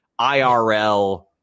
IRL